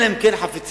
אלא אם כן חפצים